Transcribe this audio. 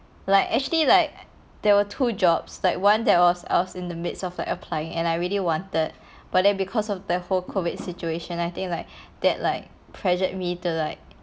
like actually like there were two jobs like one that was I was in the midst of like applying and I really wanted but then because of the whole COVID situation I think like that like pressured me to like